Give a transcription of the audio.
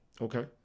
Okay